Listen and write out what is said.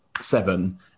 seven